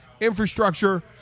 infrastructure